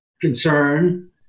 concern